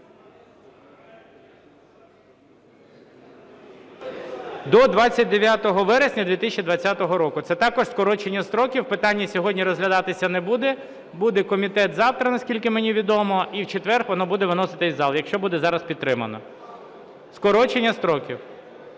до 29 вересня 2020 року. Це також скорочення строків, питання сьогодні розглядатися не буде, буде комітет завтра, наскільки мені відомо, і в четвер воно буде виноситись в зал, якщо буде зараз підтримано. Скорочення строків.